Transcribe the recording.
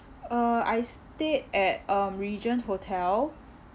uh I stayed at uh regent hotel